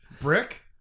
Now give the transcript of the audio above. Brick